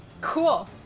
cool